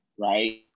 right